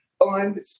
on